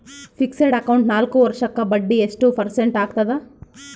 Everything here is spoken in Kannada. ಫಿಕ್ಸೆಡ್ ಅಕೌಂಟ್ ನಾಲ್ಕು ವರ್ಷಕ್ಕ ಬಡ್ಡಿ ಎಷ್ಟು ಪರ್ಸೆಂಟ್ ಆಗ್ತದ?